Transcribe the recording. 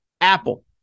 Apple